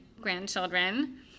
grandchildren